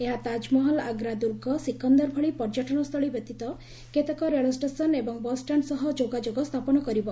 ଏହା ତାଜମହଲ୍ ଆଗ୍ରା ଦୁର୍ଗ ସିକନ୍ଦର ଭଳି ପର୍ଯ୍ୟଟନ ସ୍ଥଳୀ ବ୍ୟତୀତ କେତେକ ରେଳ ଷ୍ଟେସନ୍ ଏବଂ ବସ୍ଷ୍ଟାଣ୍ଡ୍ ସହ ଯୋଗାଯୋଗ ସ୍ଥାପନ କରିବ